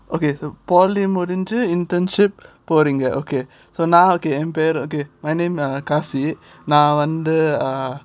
okay so polytechnic முடிஞ்சு:mudichi internship போறீங்க:poreenga ah okay so now okay நான்:nan okay my name uh khasi நான் வந்து:nan vandhu ah